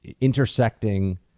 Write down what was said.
intersecting